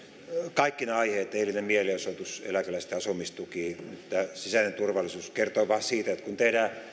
kaikki nämä aiheet eilinen mielenosoitus eläkeläisten asumistuki sisäinen turvallisuus kertovat vain siitä että kun tehdään